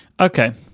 Okay